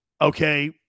okay